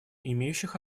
имеющих